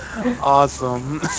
Awesome